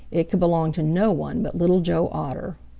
it could belong to no one but little joe otter.